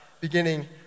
beginning